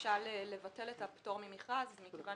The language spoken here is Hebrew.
בבקשה לבטל את הפטור ממכרז מכיוון